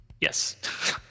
Yes